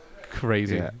crazy